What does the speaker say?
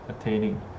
attaining